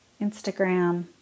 Instagram